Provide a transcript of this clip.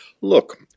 Look